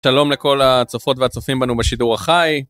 שלום לכל הצופות והצופים בנו בשידור החי.